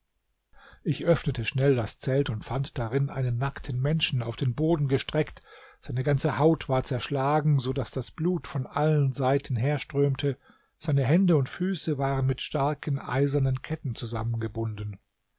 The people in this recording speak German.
ich öffnete schnell das zelt und fand darin einen nackten menschen auf den boden gestreckt seine ganze haut war zerschlagen so daß das blut von allen seiten herströmte seine hände und füße waren mit starken eisernen ketten zusammengebunden